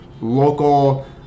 local